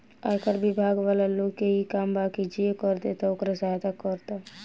आयकर बिभाग वाला लोग के इ काम बा की जे कर देता ओकर सहायता करऽ